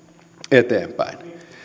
eteenpäin